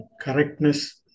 correctness